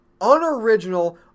unoriginal